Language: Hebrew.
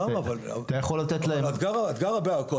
אבל את גרה בעכו,